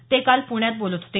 ते काल पुण्यात बोलत होते